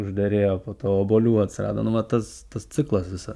užderėjo po to obuolių atsirado nu va tas tas ciklas visas